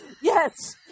Yes